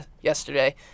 yesterday